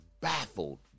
baffled